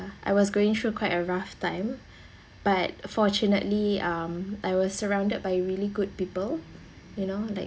I was going through quite a rough time but fortunately um I was surrounded by really good people you know like